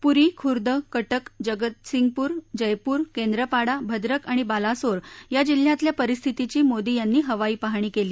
पुरी खुर्द कटक जगतसिंगपूर जयपूर केंद्रपाडा भद्रक आणि बालासोर या जिल्ह्यातल्या परिस्थितीची मोदी यांनी हवाई पाहणी केली